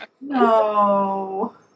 No